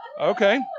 Okay